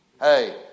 Hey